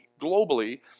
globally